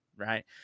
right